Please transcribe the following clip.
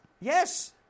Yes